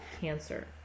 cancer